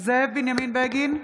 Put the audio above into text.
בנימין בגין,